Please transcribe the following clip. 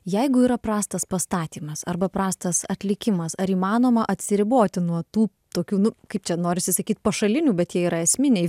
jeigu yra prastas pastatymas arba prastas atlikimas ar įmanoma atsiriboti nuo tų tokių nu kaip čia norisi sakyt pašalinių bet jie yra esminiai